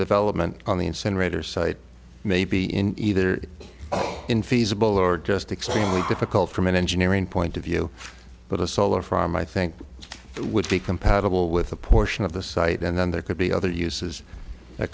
development on the incinerator site may be in either infeasible or just extremely difficult from an engineering point of view but a solar farm i think would be compatible with a portion of the site and then there could be other uses that